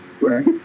right